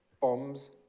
bombs